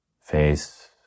face